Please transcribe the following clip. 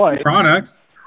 products